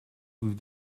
with